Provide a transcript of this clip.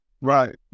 Right